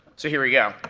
so here we go.